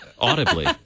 Audibly